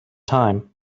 time